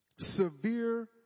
severe